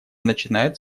начинает